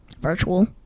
Virtual